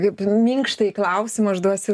kaip minkštąjį klausimą užduosiu